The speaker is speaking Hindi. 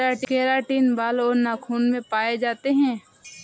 केराटिन बाल और नाखून में पाए जाते हैं